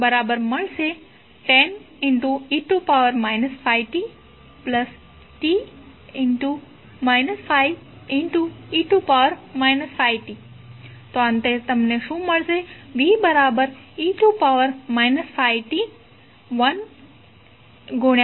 પછી આપણે વિકલન કરીએ ddt10te 5t10e 5tte 5t તો અંતે તમને વોલ્ટેજ શું મળશે v0